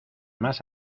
más